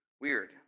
weird